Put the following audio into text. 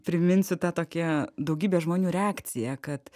priminsiu tą tokią daugybės žmonių reakciją kad